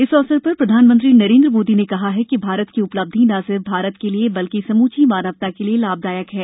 इस अवसर पर प्रधानमंत्री नरेन्द्र मोदी ने कहा है कि भारत की उपलब्धि न सिर्फ भारत के लिएए बल्कि समूची मानवता के लिए लाभदायक है